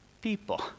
people